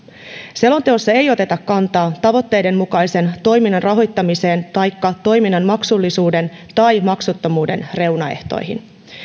selonteossa ei oteta kantaa tavoitteiden mukaisen toiminnan rahoittamiseen taikka toiminnan maksullisuuden tai maksuttomuuden reunaehtoihin